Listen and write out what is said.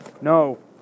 no